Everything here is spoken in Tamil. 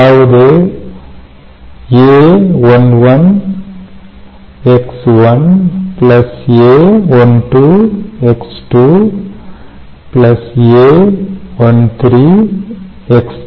அதாவது a11X1 a12 X2 a13 X3